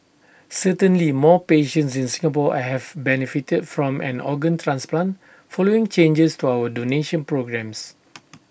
certainly more patients in Singapore I have benefited from an organ transplant following changes to our donation programmes